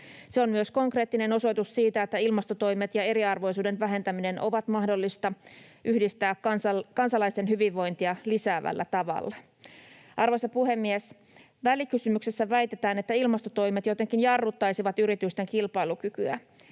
Se on myös konkreettinen osoitus siitä, että ilmastotoimet ja eriarvoisuuden vähentäminen on mahdollista yhdistää kansalaisten hyvinvointia lisäävällä tavalla. Arvoisa puhemies! Välikysymyksessä väitetään, että ilmastotoimet jotenkin jarruttaisivat yritysten kilpailukykyä.